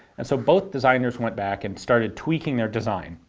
and so both designers went back and started tweaking their design.